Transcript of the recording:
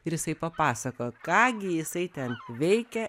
ir jisai papasakojo ką gi jisai ten veikia